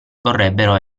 vorrebbero